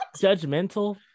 Judgmental